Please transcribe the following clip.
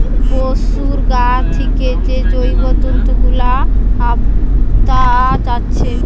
পোশুর গা থিকে যে জৈব তন্তু গুলা পাআ যাচ্ছে